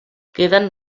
queden